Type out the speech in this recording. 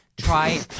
Try